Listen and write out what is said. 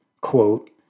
Quote